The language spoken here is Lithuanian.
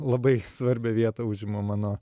labai svarbią vietą užima mano